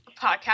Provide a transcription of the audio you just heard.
podcast